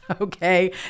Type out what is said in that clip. okay